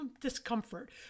discomfort